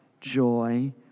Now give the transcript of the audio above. joy